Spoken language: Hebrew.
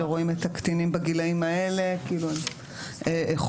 שרואים את הקטינים בגילאים האלה כאילו הם חופשיים